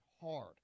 hard